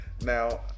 Now